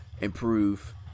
improve